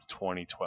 2012